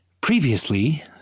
Previously